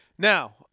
Now